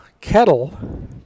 kettle